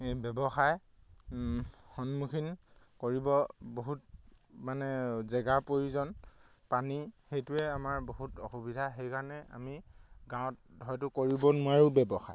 ব্যৱসায় সন্মুখীন কৰিব বহুত মানে জেগাৰ প্ৰয়োজন পানী সেইটোৱে আমাৰ বহুত অসুবিধা সেইকাৰণে আমি গাঁৱত হয়তো কৰিব নোৱাৰোঁ ব্যৱসায়